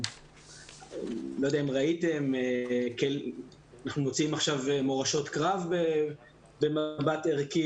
לא יודע אם ראיתם אנחנו מוציאים עכשיו מורשות קרב במבט ערכי.